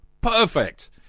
Perfect